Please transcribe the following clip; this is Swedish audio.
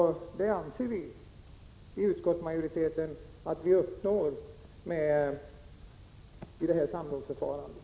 Det anser vi i utskottsmajoriteten att vi uppnår med samrådsförfarandet.